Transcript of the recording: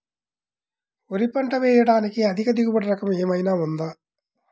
వరి పంట వేయటానికి అధిక దిగుబడి రకం ఏమయినా ఉందా?